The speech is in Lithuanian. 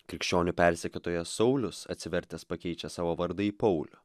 krikščionių persekiotojas saulius atsivertęs pakeičia savo vardą į paulių